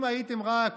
אם הייתם רק